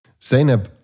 Zeynep